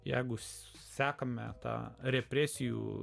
jeigu sekame tą represijų